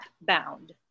Bound